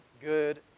good